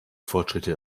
fortschritte